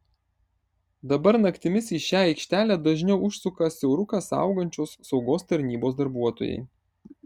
dabar naktimis į šią aikštelę dažniau užsuka siauruką saugančios saugos tarnybos darbuotojai